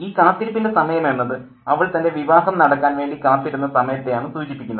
ഈ കാത്തിരിപ്പിൻ്റെ സമയം എന്നത് അവൾ തൻ്റെ വിവാഹം നടക്കാൻ വേണ്ടി കാത്തിരുന്ന സമയത്തെയാണ് സൂചിപ്പിക്കുന്നത്